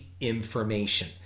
information